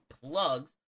plugs